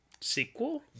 Sequel